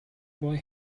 boy